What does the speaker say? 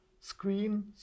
screen